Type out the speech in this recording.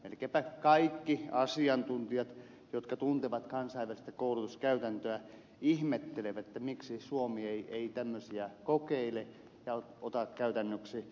melkeinpä kaikki asiantuntijat jotka tuntevat kansainvälistä koulutuskäytäntöä ihmettelevät miksi suomi ei tämmöisiä kokeile ja ota käytännöksi